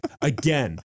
again